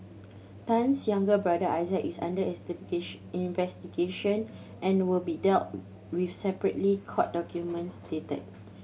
Tan's younger brother Isaac is under investigation and will be dealt with separately court documents state